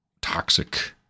toxic